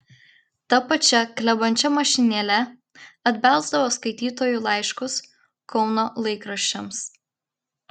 ta pačia klebančia mašinėle atbelsdavo skaitytojų laiškus kauno laikraščiams